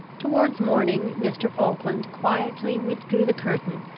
towards morning mr. falkland quietly withdrew the curtain,